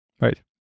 Right